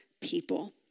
people